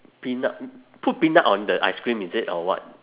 peanut put peanut on the ice cream is it or what